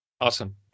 Awesome